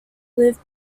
live